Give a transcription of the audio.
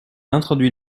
introduit